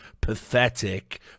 pathetic